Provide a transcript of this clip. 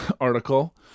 article